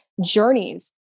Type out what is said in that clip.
journeys